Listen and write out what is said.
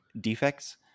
defects